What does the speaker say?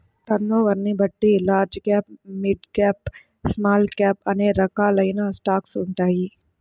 టర్నోవర్ని బట్టి large cap, mid cap, small cap అనే రకాలైన స్టాక్స్ ఉంటాయి